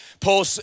Paul